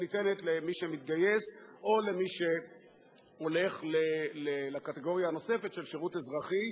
שניתנת למי שמתגייס או למי שהולך לקטגוריה הנוספת של שירות אזרחי.